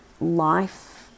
life